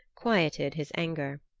quieted his anger.